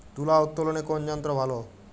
তুলা উত্তোলনে কোন যন্ত্র ভালো?